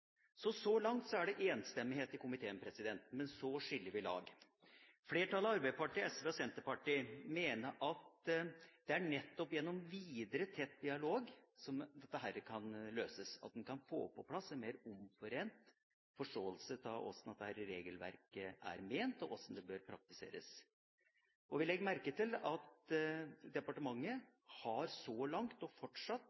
Så langt er det enstemmighet i komiteen, men så skiller vi lag. Flertallet, Arbeiderpartiet, SV og Senterpartiet, mener at det er nettopp gjennom videre tett dialog at dette kan løses, at en kan få på plass en mer omforent forståelse av hvordan dette regelverket er ment, og hvordan det bør praktiseres. Vi legger merke til at